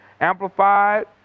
Amplified